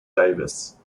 davis